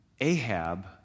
Ahab